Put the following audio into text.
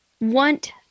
want